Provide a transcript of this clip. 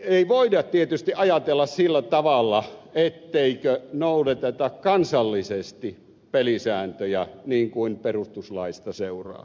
ei voida tietysti ajatella sillä tavalla ettei noudateta kansallisesti pelisääntöjä niin kuin perustuslaista seuraa